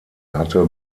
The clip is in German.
hatte